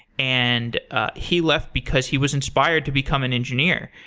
and ah he left because he was inspired to become an engineer.